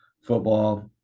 football